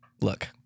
look